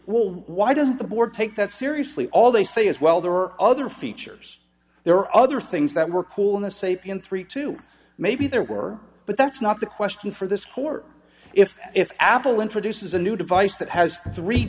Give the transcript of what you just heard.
will why does the board take that seriously all they say is well there are other features there are other things that were cool in a sapient three to maybe there were but that's not the question for this whore if if apple introduces a new device that has three